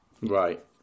Right